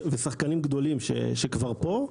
ועל שחקנים גדולים שהם כבר פה,